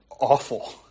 awful